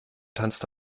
tanzt